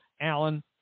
Alan